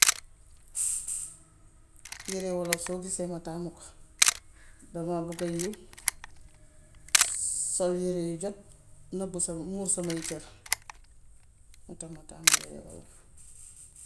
yëre wolof soo gisee ma taamu ko, damaa bugg a yiw, sol yëre yu jot, nëbb sama, muur samay cër. Moo tax ma taamu yërey olof.